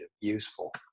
useful